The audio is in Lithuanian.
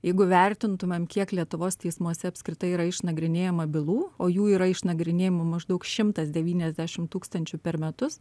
jeigu vertintumėm kiek lietuvos teismuose apskritai yra išnagrinėjama bylų o jų yra išnagrinėjama maždaug šimtas devyniasdešim tūkstančių per metus